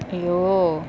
!aiyo!